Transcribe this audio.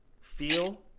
feel